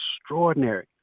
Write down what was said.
extraordinary